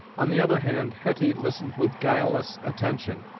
on the other hand hetty listened with guileless attention,